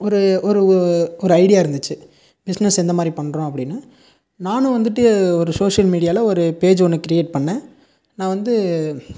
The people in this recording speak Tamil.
ஒரு ஒரு ஒரு ஐடியா இருந்துச்சு பிஸ்னஸ் எந்த மாதிரி பண்ணுறோம் அப்படினு நானும் வந்துட்டு ஒரு சோஷியல் மீடியாவில ஒரு பேஜ் ஒன்று க்ரியேட் பண்ணேன் நான் வந்து